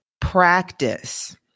practice